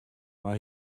mar